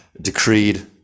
decreed